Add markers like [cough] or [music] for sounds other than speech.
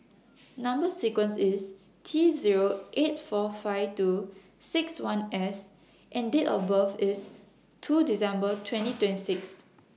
Number sequence IS T Zero eight four five two six one S and Date of birth IS two December [noise] twenty twenty six